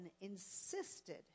insisted